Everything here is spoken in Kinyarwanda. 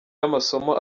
y’amasomo